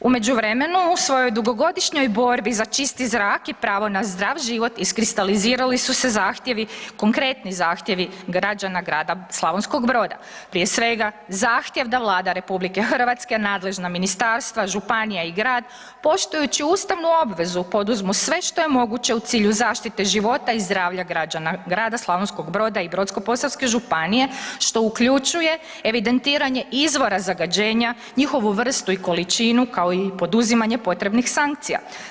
U međuvremenu, u svojoj dugogodišnjoj borbi za čisti zrak i pravo na zdrav život, iskristalizirali su se zahtjevi, konkretni zahtjevi građana grada Slavonskog Broda, prije svega zahtjev da Vlada RH, nadležna ministarstva, županija i grad poštujući ustavnu obvezu, poduzmu sve što je moguće u cilju zaštite života i zdravlja građana grada Slavonskog Broda i Brodsko-posavske županije što uključuje evidentiranje izvora zagađenja, njihovu vrstu i količinu kao i poduzimanje potrebnih sankcija.